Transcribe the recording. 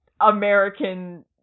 American